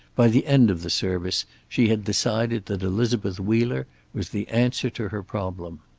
by the end of the service she had decided that elizabeth wheeler was the answer to her problem.